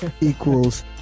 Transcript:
equals